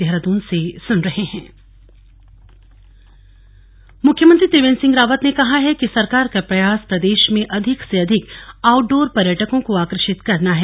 tourism सम्मान समारोह मुख्यमंत्री त्रिवेंद्र सिंह रावत ने कहा है कि सरकार का प्रयास प्रदेश में अधिक से अधिक आउटडोर पर्यटकों को आकर्षित करना है